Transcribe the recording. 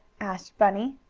asked bunny.